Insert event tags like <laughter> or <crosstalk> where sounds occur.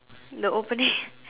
the opening <laughs>